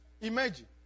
Imagine